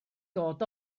dod